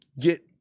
get